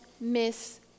miss